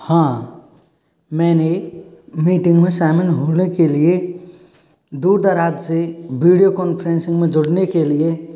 हाँ मैंने मीटिंग में शामिल होने के लिए दूर दराज से वीडियो कॉन्फ़्रेंसिंग में जुड़ने के लिए